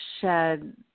shed